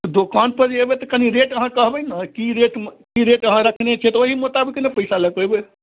दोकानपर जे अएबै तऽ कनी रेट अहाँ कहबै ने कि रेटमे कि रेट अहाँ रखने छिए तऽ ओहि मोताबिक ने पइसा लऽ कऽ अएबै